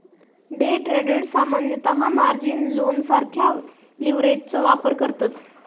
day traders सामान्यतः margin लोनसारख्या लीव्हरेजचो वापर करतत